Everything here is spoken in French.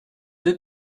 deux